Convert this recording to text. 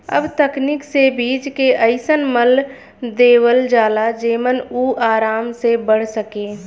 अब तकनीक से बीज के अइसन मल देवल जाला जेमन उ आराम से बढ़ सके